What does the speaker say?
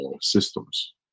systems